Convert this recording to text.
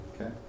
Okay